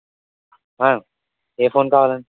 ఏ phone కావాలండి